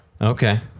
Okay